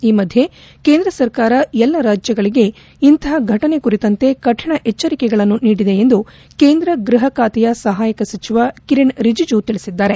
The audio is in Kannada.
ಈ ಮಧ್ದೆ ಕೇಂದ್ರ ಸರ್ಕಾರ ಎಲ್ಲ ರಾಜ್ಲಗಳಿಗೆ ಇಂತಹ ಘಟನೆ ಕುರಿತಂತೆ ಕಠಿಣ ಎಚ್ಚರಿಕೆಗಳನ್ನು ನೀಡಿದೆ ಎಂದು ಕೇಂದ್ರ ಗೃಹಬಾತೆಯ ಸಹಾಯಕ ಸಚಿವ ಕಿರಣ್ ರಿಜಿಜು ತಿಳಿಸಿದ್ದಾರೆ